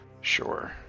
Sure